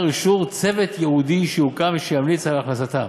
אישור צוות ייעודי שיוקם וימליץ על הכנסתה,